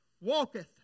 walketh